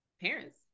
parents